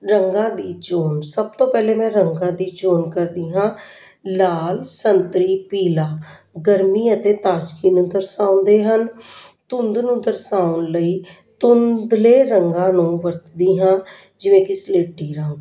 ਰੰਗਾਂ ਦੀ ਚੋਣ ਸਭ ਤੋਂ ਪਹਿਲੇ ਮੈਂ ਰੰਗਾਂ ਦੀ ਚੋਣ ਕਰਦੀ ਹਾਂ ਲਾਲ ਸੰਤਰੀ ਪੀਲਾ ਗਰਮੀ ਅਤੇ ਤਾਜ਼ਗੀ ਨੂੰ ਦਰਸਾਉਂਦੇ ਹਨ ਧੁੰਦ ਨੂੰ ਦਰਸਾਉਣ ਲਈ ਧੁੰਦਲੇ ਰੰਗਾਂ ਨੂੰ ਵਰਤਦੀ ਹਾਂ ਜਿਵੇਂ ਕਿ ਸਲੇਟੀ ਰੰਗ